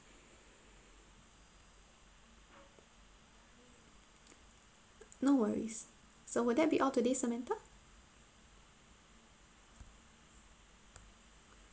no worries so will that be all today samantha